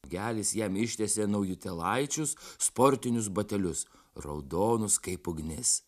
gelis jam ištiesė naujutėlaičius sportinius batelius raudonus kaip ugnis